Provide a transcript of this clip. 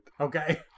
Okay